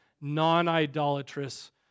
non-idolatrous